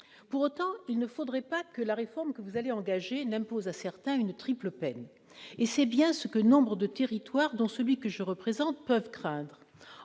Pour autant, il ne faudrait pas que la réforme que vous allez engager impose à certains une triple peine. Et c'est bien ce que nombre de territoires, dont celui que je représente, peuvent craindre